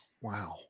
Wow